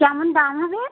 কেমন দাম হবে